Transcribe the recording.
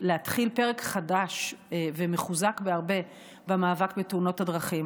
להתחיל פרק חדש ומחוזק בהרבה במאבק בתאונות הדרכים.